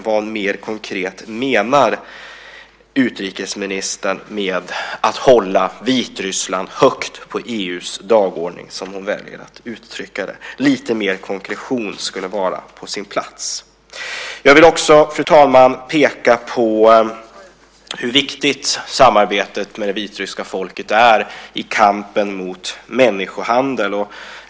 Vad, mer konkret, menar utrikesministern med att hålla Vitryssland högt på EU:s dagordning, som hon väljer att uttrycka det? Lite mer konkretion skulle vara på sin plats. Jag vill också, fru talman, peka på hur viktigt samarbetet med det vitryska folket är i kampen mot människohandel.